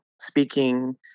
speaking